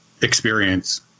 experience